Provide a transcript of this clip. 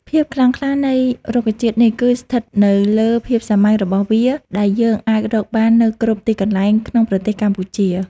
ភាពខ្លាំងក្លានៃរុក្ខជាតិនេះគឺស្ថិតនៅលើភាពសាមញ្ញរបស់វាដែលយើងអាចរកបាននៅគ្រប់ទីកន្លែងក្នុងប្រទេសកម្ពុជា។